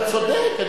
אתה צודק.